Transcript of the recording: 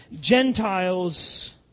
Gentiles